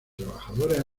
trabajadores